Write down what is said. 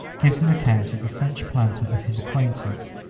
gives an account of a french planter of his acquaintance,